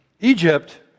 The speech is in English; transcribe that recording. Egypt